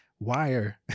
wire